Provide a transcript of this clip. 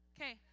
Okay